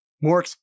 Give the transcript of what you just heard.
more